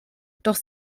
doch